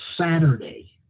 Saturday